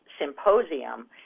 symposium